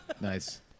Nice